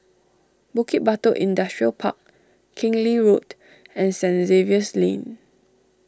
Bukit Batok Industrial Park Keng Lee Road and Saint Xavier's Lane